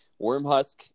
Wormhusk